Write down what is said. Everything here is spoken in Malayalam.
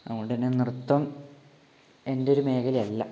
അതുകൊണ്ടുതന്നെ നൃത്തം എന്റെ ഒരു മേഖലയല്ല